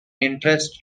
interest